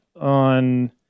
on